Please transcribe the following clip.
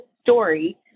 story